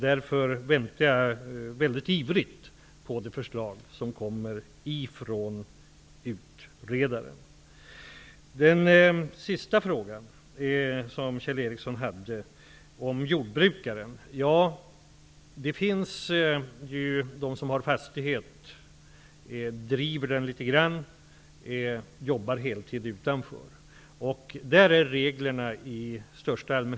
Därför väntar jag mycket ivrigt på det förslag som kommer ifrån utredaren. Kjell Ericsson avslutade med en fråga om jordbrukare. Det finns de som äger en fastighet, bedriver jordbruk i liten skala och arbetar heltid inom ett annat yrke.